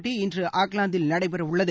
போட்டி இன்று ஆக்லாந்தில் நடைபெறவுள்ளது